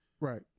Right